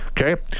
okay